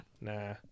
Nah